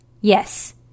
Yes